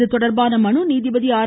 இதுதொடர்பான மனு நீதிபதி ஆர்